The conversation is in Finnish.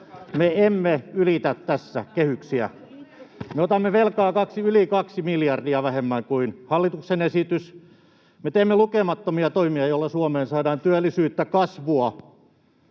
Me emme ylitä tässä kehyksiä. Me otamme velkaa yli 2 miljardia vähemmän kuin hallituksen esitys. Me teemme lukemattomia toimia, joilla Suomeen saadaan työllisyyttä, kasvua